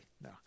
no